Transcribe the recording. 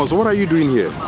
what are you doing here?